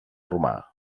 romà